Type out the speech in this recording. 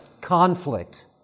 conflict